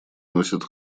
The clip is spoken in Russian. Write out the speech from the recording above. носит